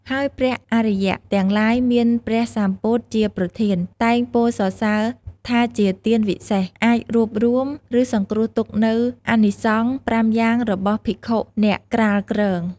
ហើយព្រះអរិយទាំងឡាយមានព្រះសម្ពុទ្ធជាប្រធាន តែងពោលសរសសើរថាជាទានវិសេស អាចរួបរួម ឬសង្គ្រោះទុកនូវអានិសង្ស៥យ៉ាងរបស់ភិក្ខុអ្នកក្រាលគ្រង។